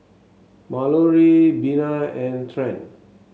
Malorie Bina and Trent